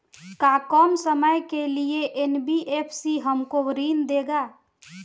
का कम समय के लिए एन.बी.एफ.सी हमको ऋण देगा?